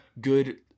Good